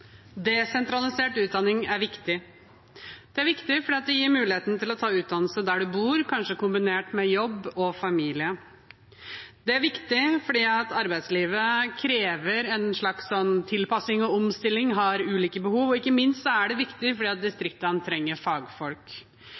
viktig. Det er viktig fordi det gir muligheten til å ta utdannelse der en bor, kanskje kombinert med jobb og familie. Det er viktig fordi arbeidslivet krever en slags tilpasning og omstilling, har ulike behov, og ikke minst er det viktig fordi distriktene trenger fagfolk.